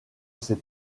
ces